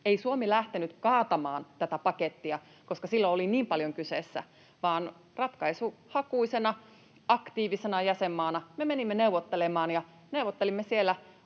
Ei Suomi lähtenyt kaatamaan tätä pakettia, koska silloin oli niin paljon kyseessä, vaan ratkaisuhakuisena, aktiivisena jäsenmaana me menimme neuvottelemaan ja neuvottelimme siellä